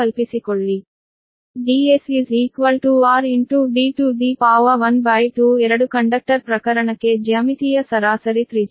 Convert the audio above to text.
ಆದ್ದರಿಂದ Ds12 2 conductor ಪ್ರಕರಣಕ್ಕೆ ಜ್ಯಾಮಿತೀಯ ಸರಾಸರಿ ತ್ರಿಜ್ಯ